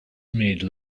made